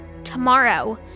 tomorrow